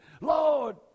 Lord